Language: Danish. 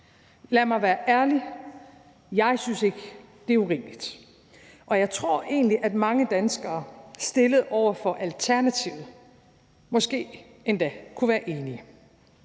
Lad mig være ærlig: Jeg synes ikke, det er urimeligt, og jeg tror egentlig, at mange danskere stillet over for alternativet måske endda kunne være enige.